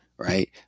Right